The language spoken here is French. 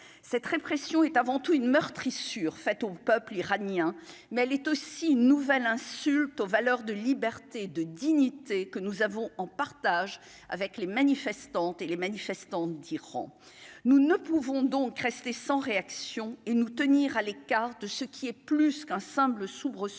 cette répression est avant tout une meurtrissure faite au peuple iranien, mais elle est aussi une nouvelle insulte aux valeurs de liberté, de dignité que nous avons en partage avec les manifestantes et les manifestants d'Iran nous ne pouvons donc rester sans réaction et nous tenir à l'écart de ce qui est plus qu'un simple soubresaut